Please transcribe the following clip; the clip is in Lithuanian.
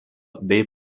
bei